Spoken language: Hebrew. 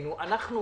מבחינתנו אנחנו